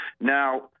now